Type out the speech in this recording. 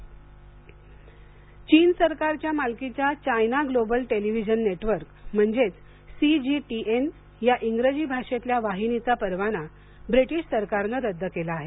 चीन निर्बंध चीन सरकारच्या मालकीच्या चायना ग्लोबल टेलिव्हीजन नेटवर्क म्हणजेच सीजीटीएन या इंग्रजी भाषेतल्या वाहिनीचा परवाना ब्रिटीश सरकारनं रद्द केला आहे